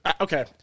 Okay